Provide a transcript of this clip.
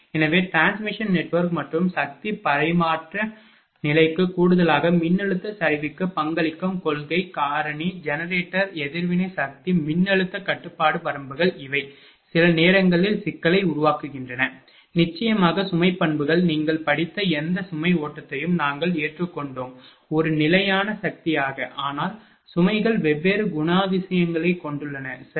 எனவே transmission network மற்றும் சக்தி பரிமாற்ற நிலைக்கு கூடுதலாக மின்னழுத்த சரிவுக்கு பங்களிக்கும் கொள்கை காரணி ஜெனரேட்டர் எதிர்வினை சக்தி மின்னழுத்த கட்டுப்பாட்டு வரம்புகள் இவை சில நேரங்களில் சிக்கலை உருவாக்குகின்றன நிச்சயமாக சுமை பண்புகள் நீங்கள் படித்த எந்த சுமை ஓட்டத்தையும் நாங்கள் ஏற்றுக் கொண்டோம் ஒரு நிலையான சக்தியாக ஆனால் சுமைகள் வெவ்வேறு குணாதிசயங்களைக் கொண்டுள்ளன சரி